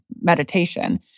meditation